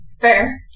Fair